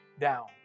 down